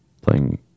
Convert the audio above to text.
playing